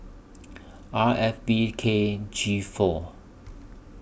R F B K G four